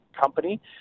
company